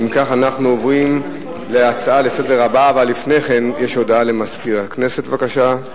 הודעה למזכיר הכנסת, בבקשה.